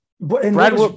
Brad